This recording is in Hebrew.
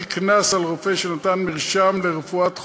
קנס על רופא שנתן מרשם לרפואת חולה,